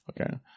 Okay